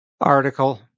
article